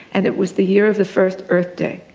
and it was the year of the first earth day.